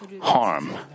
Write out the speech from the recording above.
harm